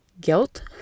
Guilt